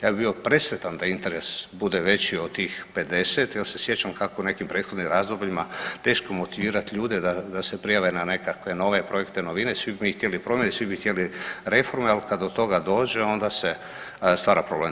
Ja bi bio presretan da interes bude veći od tih 50 jel se sjećam kako je u nekim prethodnim razdobljima teško motivirat ljude da se prijave na nekakve nove projekte i novine, svi bi mi htjeli promjene, svi bi htjeli reforme, al kad do toga dođe onda se stvara problem.